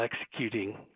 executing